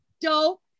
Dope